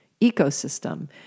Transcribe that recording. ecosystem